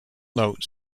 note